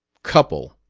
couple!